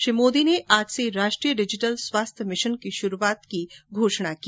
श्री मोदी ने आज से राष्ट्रीय डिजिटल स्वास्थ्य मिशन की श्रूआत की घोषणा की